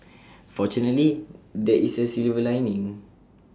fortunately there is A silver lining